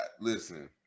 listen